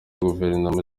guverinoma